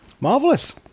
Marvelous